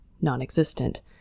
non-existent